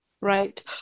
right